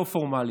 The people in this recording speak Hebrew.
לא פורמלי,